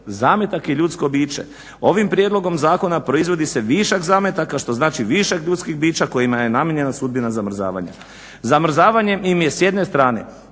Zametak je ljudsko biće. Ovim prijedlogom zakona proizvodi se višak zametaka što znači višak ljudskih bića kojima je namijenjena sudbina zamrzavanja. Zamrzavanjem im je s jedne uskraćeno